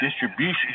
distribution